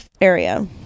area